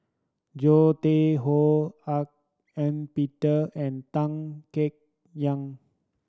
Zoe Tay Ho Hak Ean Peter and Tan Kek Yiang